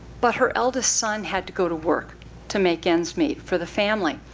but her eldest son had to go to work to make ends meet for the family.